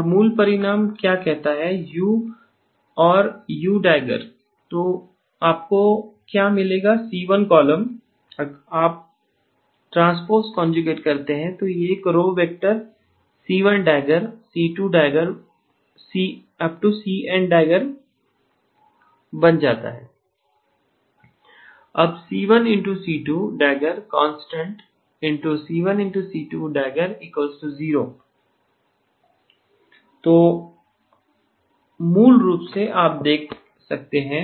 और मूल परिणाम क्या कहता है U और U† तो आपको क्या मिलेगा C1 कॉलम आप ट्रांसपोज़ कॉनज्युगेट करते हैं यह एक row vector C1† C2† CN† बन जाता है अब C1∗C1† constant C1∗C2†0 तो मूल रूप से आप देख सकते हैं